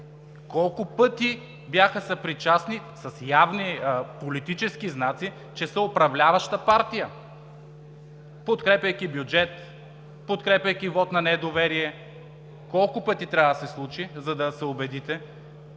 Колко пъти бяха съпричастни с явни политически знаци, че са управляваща партия, подкрепяйки бюджет, подкрепяйки вот на недоверие? Колко пъти трябва да се случи, за да се убедите?!